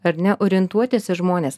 ar ne orientuotis į žmones